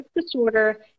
disorder